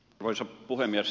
arvoisa puhemies